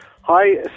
Hi